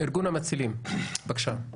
ארגון המצילים, בבקשה.